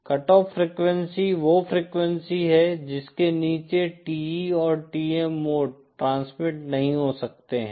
cut off frequency वो frequency है जिसके नीचे TE और TM मोड ट्रांसमिट नहीं हो सकते हैं